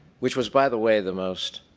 which was by the way the most